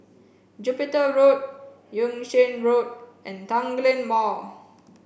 Jupiter Road Yung Sheng Road and Tanglin Mall